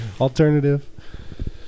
alternative